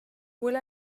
will